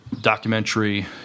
documentary